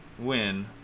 win